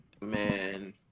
man